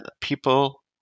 people